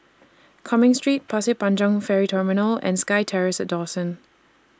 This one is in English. Cumming Street Pasir Panjang Ferry Terminal and SkyTerrace Dawson